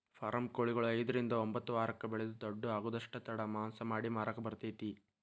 form ಕೊಳಿಗಳು ಐದ್ರಿಂದ ಒಂಬತ್ತ ವಾರಕ್ಕ ಬೆಳಿದ ದೊಡ್ಡು ಆಗುದಷ್ಟ ತಡ ಮಾಂಸ ಮಾಡಿ ಮಾರಾಕ ಬರತೇತಿ